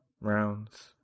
rounds